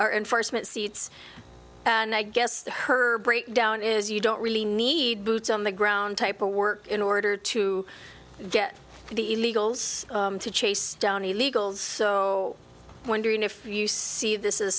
are enforcement seats and i guess her breakdown is you don't really need boots on the ground type or work in order to get the illegals to chase down illegals so wondering if you see this is